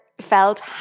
felt